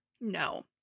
No